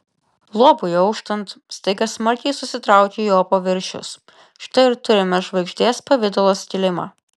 luobui auštant staiga smarkiai susitraukė jo paviršius štai ir turime žvaigždės pavidalo skilimą